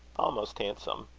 almost handsome.